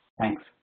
Thanks